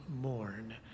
mourn